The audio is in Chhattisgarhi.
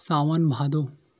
सावन भादो